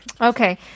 Okay